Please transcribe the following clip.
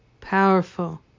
powerful